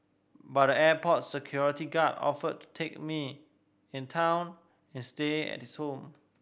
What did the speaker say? but the airport security guard offered to take me in town and stay at his home